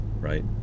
Right